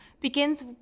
begins